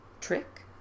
Trick